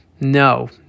No